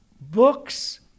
Books